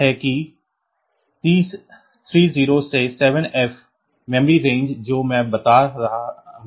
तो यह है कि 30 से 7F मेमोरी रेंज जो मैं बात कर रहा था